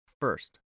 First